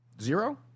Zero